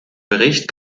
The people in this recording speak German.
bericht